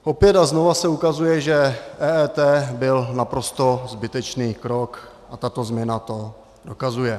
Opět a znovu se ukazuje, že EET byl naprosto zbytečný krok, a tato změna to dokazuje.